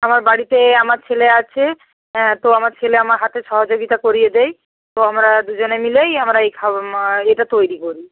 আমার বাড়িতে আমার ছেলে আছে তো আমার ছেলে আমার হাতে সহযোগিতা করে দেয় তো আমরা দুজনে মিলেই আমরা এই খাবার এটা তৈরি করি